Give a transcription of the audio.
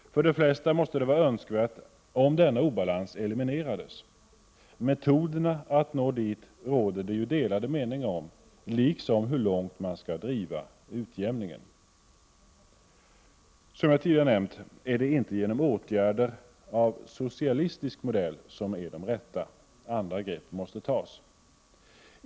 För de flesta måste det vara önskvärt att denna obalans elimineras. Metoderna att nå dit råder det delade meningar om, liksom om hur långt man skall driva utjämningen. Som jag tidigare nämnt är det inte åtgärder av socialistisk modell som är de rätta. Andra grepp måste tas.